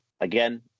again